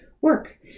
work